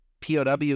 POW